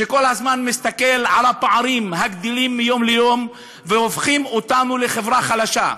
שכל הזמן מסתכל על הפערים הגדלים מיום ליום והופכים אותנו לחברה חלשה.